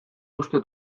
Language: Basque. uste